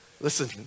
Listen